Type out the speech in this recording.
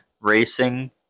racing